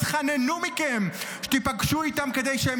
התחננו אליכם שתיפגשו איתם כדי שהם